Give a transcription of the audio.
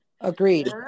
Agreed